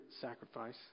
sacrifice